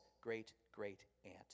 great-great-aunt